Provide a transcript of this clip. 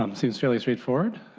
um seems fairly straightforward.